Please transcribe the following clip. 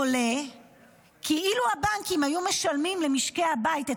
עולה כי אילו הבנקים היו משלמים למשקי הבית את